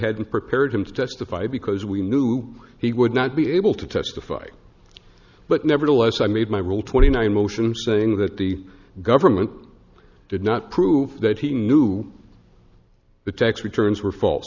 hadn't prepared him to testify because we knew he would not be able to testify but nevertheless i made my rule twenty nine motions saying that the government did not prove that he knew the tax returns were fa